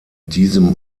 diesem